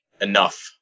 Enough